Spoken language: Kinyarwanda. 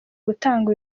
gutanga